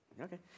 Okay